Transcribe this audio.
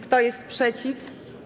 Kto jest przeciw?